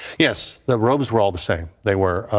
yes. the robes were all the same. they were.